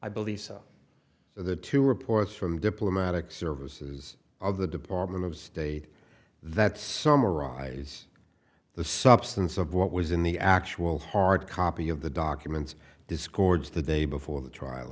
i believe that two reports from diplomatic services of the department of state that summarize the substance of what was in the actual hard copy of the documents discords the day before the trial